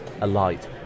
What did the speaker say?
alight